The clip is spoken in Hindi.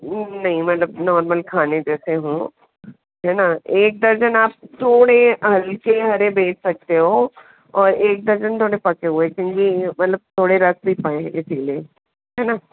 नहीं मतलब नॉर्मल खाने जैसे हों है ना एक दर्जन आप थोड़े हल्के हरे भेज सकते हो और एक दर्जन थोड़े पके हुए क्योंकि मतलब थोड़े रख भी पाएं इसी लिए है ना